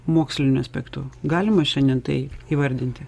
moksliniu aspektu galima šiandien tai įvardinti